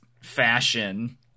fashion